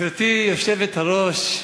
גברתי היושבת-ראש,